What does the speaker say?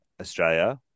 Australia